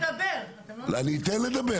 אני רוצה להיכנס